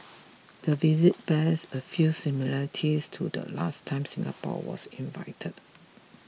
the visit bears a few similarities to the last time Singapore was invited